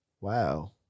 Wow